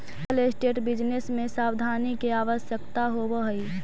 real estate business में सावधानी के आवश्यकता होवऽ हई